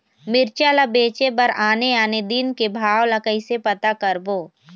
मिरचा ला बेचे बर आने आने दिन के भाव ला कइसे पता करबो?